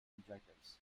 objectives